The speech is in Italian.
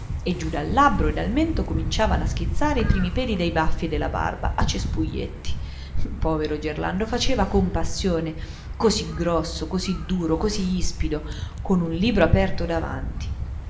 e dal mento cominciavano a schizzare i primi peli dei baffi e della barba a cespuglietti povero gerlando faceva compassione così grosso così duro così ispido con un libro aperto davanti